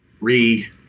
re